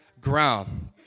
ground